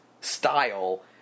style